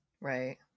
Right